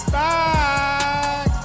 back